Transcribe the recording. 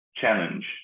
challenge